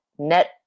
net